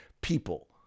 people